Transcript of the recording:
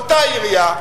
אותה עירייה,